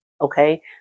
Okay